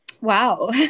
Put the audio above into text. Wow